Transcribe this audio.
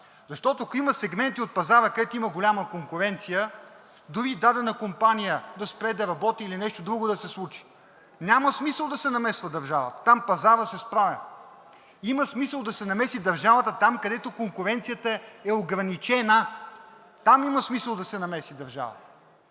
Защото, ако има сегменти от пазара, където има голяма конкуренция, дори дадена компания да спре да работи или нещо друго да се случи, няма смисъл да се намесва държавата, там пазарът се справя. Има смисъл да се намеси държавата там, където конкуренцията е ограничена. Там има смисъл да се намеси държавата!